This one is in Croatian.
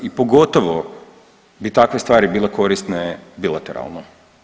I pogotovo bi takve stvari bile korisne bilateralnom.